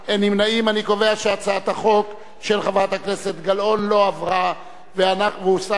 אני קובע שהצעת החוק של חברת כנסת גלאון לא עברה והוסרה מסדר-היום,